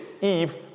Eve